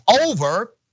over